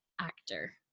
actor